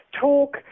talk